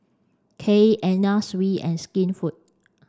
Kiehl Anna Sui and Skinfood